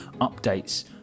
updates